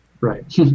Right